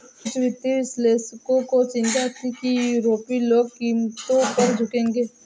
कुछ वित्तीय विश्लेषकों को चिंता थी कि यूरोपीय लोग कीमतों पर झुकेंगे